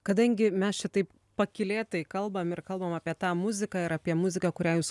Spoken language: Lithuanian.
kadangi mes čia taip pakylėtai kalbam ir kalbam apie tą muziką ir apie muziką kurią jūs